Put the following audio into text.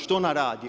Što ona radi?